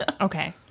okay